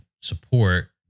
support